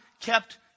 kept